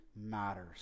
matters